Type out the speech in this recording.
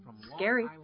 Scary